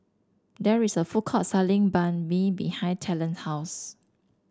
there is a food court selling Banh Mi behind Talen house